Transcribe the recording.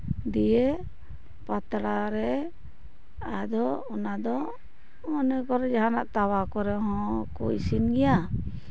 ᱫᱤᱭᱮ ᱯᱟᱛᱲᱟ ᱨᱮ ᱟᱫᱚ ᱚᱱᱟ ᱫᱚ ᱢᱚᱱᱮ ᱠᱚᱨᱚ ᱡᱟᱦᱟᱸᱱᱟᱜ ᱛᱟᱣᱟ ᱠᱚᱨᱮ ᱦᱚᱸ ᱠᱚ ᱤᱥᱤᱱ ᱜᱮᱭᱟ